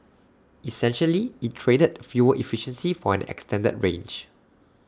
essentially IT traded fuel efficiency for an extended range